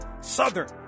Southern